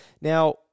Now